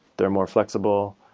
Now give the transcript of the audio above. there are more flexible.